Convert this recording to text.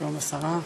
שלום השרה.